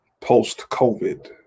post-covid